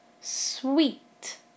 sweet